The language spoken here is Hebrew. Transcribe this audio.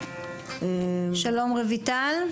שלום, אביטל?